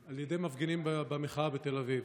על ידי מפגינים במחאה בתל אביב.